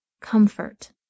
Comfort